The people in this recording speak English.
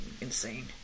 insane